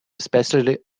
especially